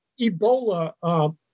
Ebola